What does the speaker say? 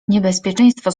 niebezpieczeństwo